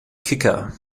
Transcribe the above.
kicker